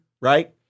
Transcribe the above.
right